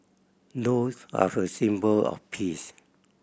doves are a symbol of peace